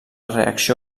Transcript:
reacció